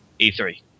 E3